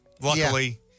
luckily